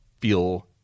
feel